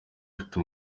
ufite